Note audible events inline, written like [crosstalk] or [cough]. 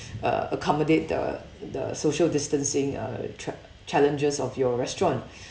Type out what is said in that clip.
uh accommodate the the social distancing uh cha~ challenges of your restaurant [breath]